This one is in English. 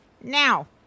Now